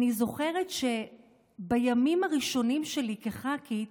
אני זוכרת שבימים הראשונים שלי כחברת כנסת,